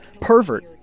pervert